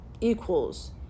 equals